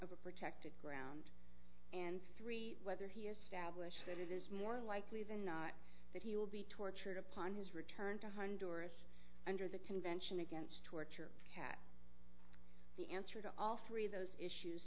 a protected ground and three whether he established that it is more likely than not that he will be tortured upon his return to honduras under the convention against torture kat the answer to all three of those issues